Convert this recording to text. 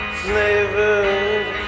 flavored